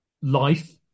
life